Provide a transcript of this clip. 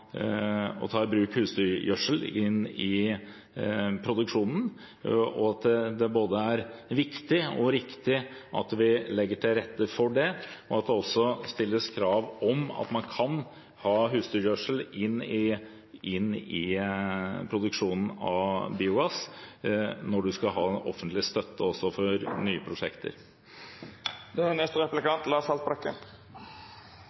og ta i bruk husdyrgjødsel i produksjonen, at det både er viktig og riktig at vi legger til rette for det, og at det stilles krav om at man kan ha husdyrgjødsel i produksjonen av biogass når man skal ha offentlig støtte til nye